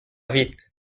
vite